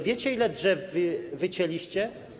Wiecie, ile drzew wycięliście?